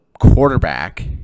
quarterback